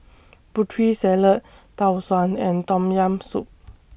Putri Salad Tau Suan and Tom Yam Soup